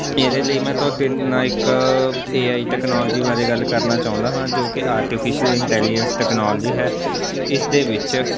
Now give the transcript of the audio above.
ਇਹਦੇ ਲਈ ਮੈਂ ਤੁਹਾਡੇ ਨਾਲ ਇੱਕ ਏਆਈ ਟੈਕਨੋਲਜੀ ਬਾਰੇ ਗੱਲ ਕਰਨਾ ਚਾਹੁੰਦਾ ਹਾਂ ਜੋ ਕਿ ਆਰਟੀਫਿਸ਼ਅਲ ਇੰਟੈਲੀਜੈਂਸ ਟੈਕਨੋਲੋਜੀ ਹੈ ਇਸ ਦੇ ਵਿੱਚ